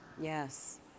Yes